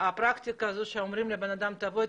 הפרקטיקה הזו שאומרים לבן אדם: תבוא,